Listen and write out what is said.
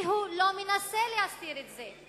והוא לא מנסה להסתיר את זה,